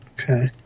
Okay